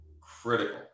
Critical